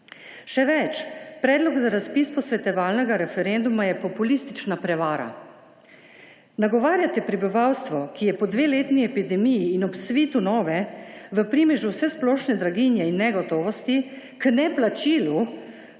Še več, predlog za razpis posvetovalnega referenduma je populistična prevara. Nagovarjate prebivalstvo, ki je po dveletni epidemiji in ob svitu nove, v primežu vsesplošne draginje in negotovosti, k neplačilu